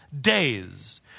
Days